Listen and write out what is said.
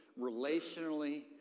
relationally